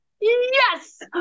Yes